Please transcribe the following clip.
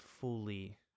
fully